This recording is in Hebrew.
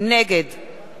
נגד